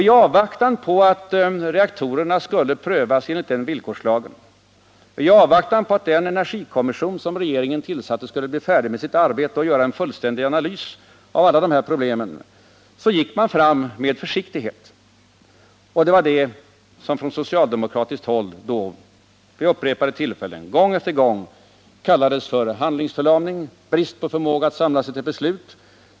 I avvaktan på att reaktorerna skulle prövas enligt villkorslagen och i avvaktan på att den energikommission som regeringen tillsatte skulle bli färdig med sitt arbete och göra en fullständig analys av alla dessa problem gick man fram med försiktighet. Det var det som från socialdemokratiskt håll vid upprepade tillfällen, gång efter gång, kallades för handlingsförlamning och brist på förmåga att samla sig till beslut.